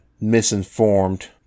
misinformed